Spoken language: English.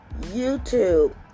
YouTube